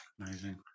Amazing